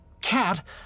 Cat